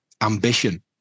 ambition